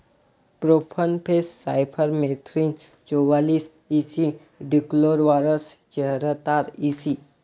profenofos cypermethrin चौवालीस E C dichlorvos चेहतार EC